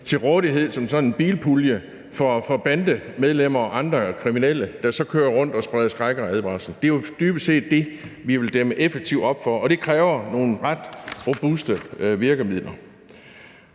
til rådighed som sådan en bilpulje for bandemedlemmer og andre kriminelle, der så kører rundt og spreder skræk og rædsel. Det er jo dybest set det, vi vil dæmme effektivt op for, og det kræver nogle ret robuste virkemidler.